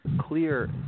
clear